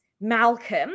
Malcolm